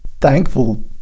thankful